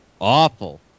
Awful